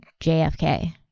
JFK